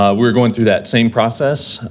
um we're going through that same process,